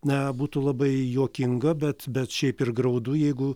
na būtų labai juokinga bet bet šiaip ir graudu jeigu